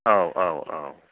औ औ औ